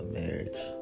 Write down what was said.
marriage